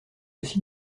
aussi